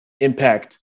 impact